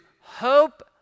hope